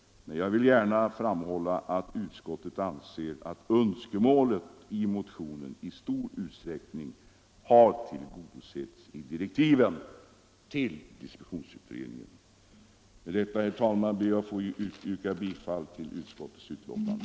Men jag vill också framhålla att utskottet anser att önskemålet i motionen i stor utsträckning har tillgodosetts i direktiven till distributionsutredningen. Herr talman! Med det anförda ber jag att få yrka bifall till utskottets hemställan.